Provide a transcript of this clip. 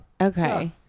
Okay